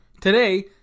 Today